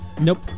Nope